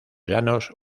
llanos